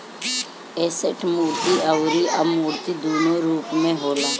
asset मूर्त अउरी अमूर्त दूनो रूप में होला